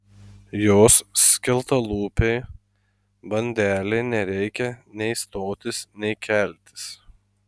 jos skeltalūpei bandelei nereikia nei stotis nei keltis